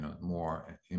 more